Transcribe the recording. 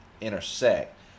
intersect